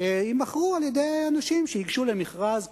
יימכרו על-ידי אנשים שייגשו למכרז כחוק,